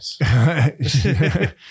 Yes